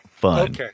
Fun